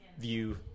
view